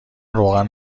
روغن